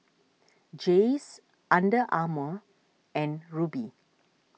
Jays Under Armour and Rubi